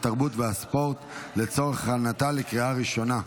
התרבות והספורט לצורך הכנתה לקריאה הראשונה.